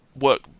work